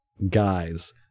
guys